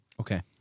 Okay